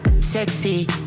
sexy